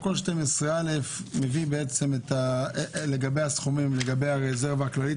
סעיף 12א מביא לגבי הסכומים ולגבי הרזרבה הכללית,